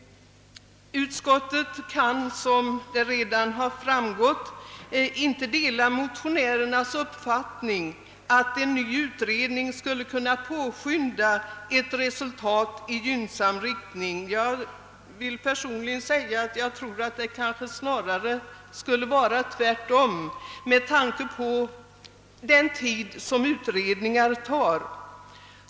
Utskottet kan, som redan framgått, inte dela motionärernas uppfattning att en ny utredning skulle kunna påskynda ett resultat i gynnsam riktning. Jag vill personligen säga att det kanske snarare skulle vara tvärtom, med tanke på den tid som utredningar tar.